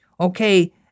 Okay